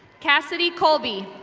cassidy colby.